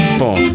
four